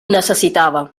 necessitava